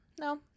No